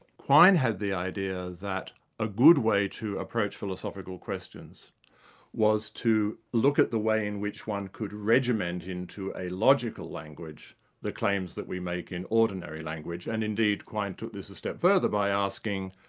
quine had the idea that a good way to approach philosophical questions was to look at the way in which one could regiment into a logical language the claims that we make in ordinary language, and indeed quine took this a step further by asking,